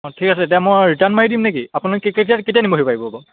অঁ ঠিক আছে তেতিয়া মই ৰিটাৰ্ণ মাৰি দিম নেকি আপোনালোকে কেতিয়া কেতিয়া নিবহি পাৰিব আকৌ